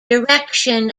direction